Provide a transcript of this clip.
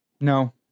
No